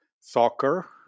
soccer